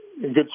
good